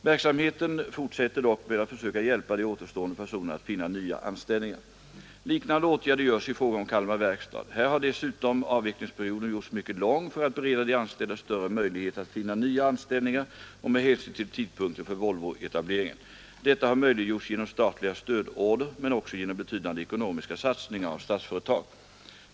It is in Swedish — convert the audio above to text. Verksamheten fortsätter dock med att försöka hjälpa de återstående personerna att finna nya anställningar. Liknande åtgärder vidtas i fråga om Kalmar Verkstad. Här har dessutom avvecklingsperioden gjorts mycket lång för att bereda de anställda större möjlighet att finna nya anställningar och med hänsyn till tidpunkten för Volvoetableringen. Detta har möjliggjorts genom statliga stödorder men också genom betydande ekonomiska satsningar av Statsföretag.